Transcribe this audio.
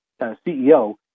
CEO